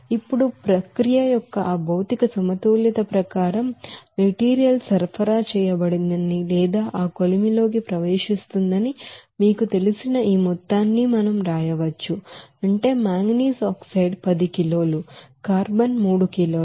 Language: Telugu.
ఇప్పుడు ప్రక్రియ యొక్క ఆ మెటీరియల్ బాలన్స్ ప్రకారం మెటీరియల్ సరఫరా చేయబడిందని లేదా ఆ కొలిమిలోకి ప్రవేశిస్తుందని మీకు తెలిసిన ఈ మొత్తాన్ని మనం రాయవచ్చు అంటే మాంగనీస్ ఆక్సైడ్ 10 కిలోలు కార్బన్ 3 కిలోలు